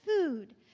food